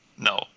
No